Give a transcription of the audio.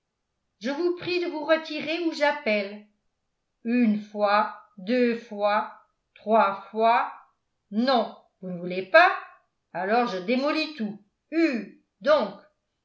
je vous prie de vous retirer ou j'appelle une fois deux fois trois fois non vous ne voulez pas alors je démolis tout hue donc